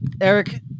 Eric